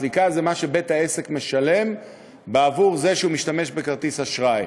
סליקה זה מה שבית-העסק משלם בעבור זה שהוא משלם בכרטיס אשראי.